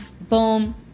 Boom